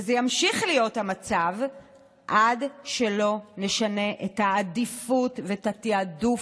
וזה ימשיך להיות המצב עד שלא נשנה את העדיפות ואת התיעדוף,